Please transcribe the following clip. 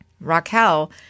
Raquel